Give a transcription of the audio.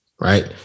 right